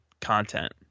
content